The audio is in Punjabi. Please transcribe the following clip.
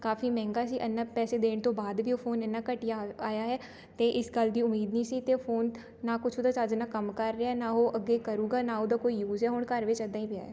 ਕਾਫੀ ਮਹਿੰਗਾ ਸੀ ਇੰਨਾਂ ਪੈਸੇ ਦੇਣ ਤੋਂ ਬਾਅਦ ਵੀ ਉਹ ਫੋਨ ਇੰਨਾਂ ਘਟੀਆ ਆਇਆ ਹੈ ਅਤੇ ਇਸ ਗੱਲ ਦੀ ਉਮੀਦ ਨਹੀਂ ਸੀ ਅਤੇ ਫੋਨ ਨਾ ਕੁਛ ਉਹਦਾ ਚੱਜ ਨਾਲ ਕੰਮ ਕਰ ਰਿਹਾ ਨਾ ਉਹ ਅੱਗੇ ਕਰੇਗਾ ਨਾ ਉਹਦਾ ਕੋਈ ਯੂਜ਼ ਹੈ ਹੁਣ ਘਰ ਵਿੱਚ ਇੱਦਾਂ ਈ ਪਿਆ ਹੈ